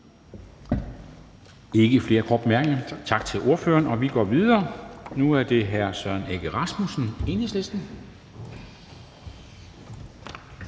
Tak til ordføreren. Og vi går videre. Nu er det hr. Søren Egge Rasmussen, Enhedslisten.